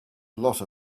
lot